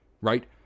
right